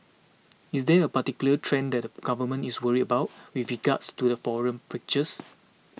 is there a particular trend that the government is worried about with regards to the foreign preachers